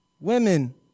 women